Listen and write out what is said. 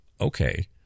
Okay